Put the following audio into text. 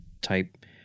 type